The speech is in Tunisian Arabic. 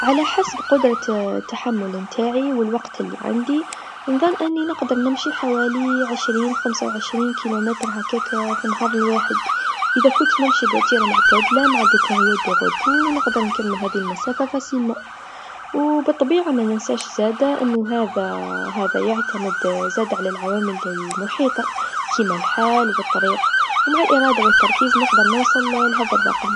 على حسب قدرة التحمل نتاعي و الوقت لعندي، نظن أني نقدر نمشي حوالي عشرين خمسا و عشرين كيلومتر هاكاك في النهار الواحد، إذا كنت نمشي بوتيرا معتدله مع فترات راحه و نقدر نكمل هذي المسافه بسهوله و بالطبيعه مننساش زادا أنو هذا، هذا يعتمد زادا على العوامل المحيطه كيما الحال و الطريق و مع الإراده و التركيز نقدر نوصل لهذا الرقم.